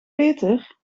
peter